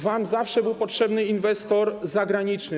Wam zawsze był potrzebny inwestor zagraniczny.